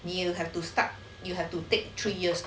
you have to start you have to take three years